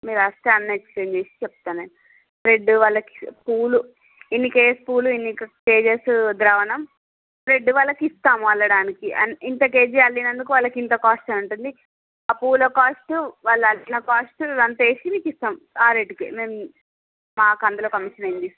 మీరు వస్తే అన్ని ఎక్స్ప్లైన్ చేసి చెప్తా నేను రెడ్ వాళ్లకి పూలు ఇన్ని కేజెస్ పూలు ఇన్నీ కేజెస్ ద్రావణం రెడ్ వాళ్ళకి ఇస్తాం అల్లటానికి ఆన్ ఇంత కేజీ అల్లినందుకు వాళ్లకు ఇంత కాస్ట్ అని ఉంటుంది ఆ పూల కాస్ట్ వాళ్ళు అల్లిన కాస్ట్ అంత వేసి మీకు ఇస్తాం ఆ రేట్ కే మేము మాకు అందులో కమిషన్ ఏం తీసుకో